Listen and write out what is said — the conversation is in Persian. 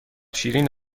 شیرین